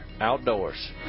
Outdoors